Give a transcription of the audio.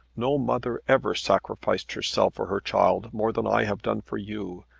no mother ever sacrificed herself for her child more than i have done for you,